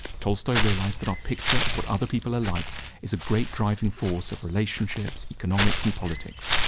tolstoy realised that our picture of what other people are like is a great driving force of relationships, economics and politics.